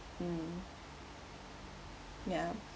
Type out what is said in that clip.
mm ya